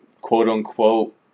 quote-unquote